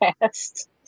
past